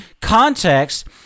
context